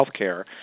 healthcare